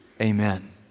Amen